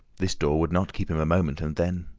this door would not keep him a moment, and then